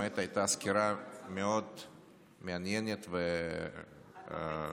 הייתה סקירה באמת מאוד מעניינת ומעשירה.